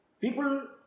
People